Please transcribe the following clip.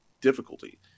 difficulty